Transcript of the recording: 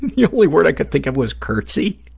yeah only word i could think of was curtsy.